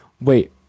Wait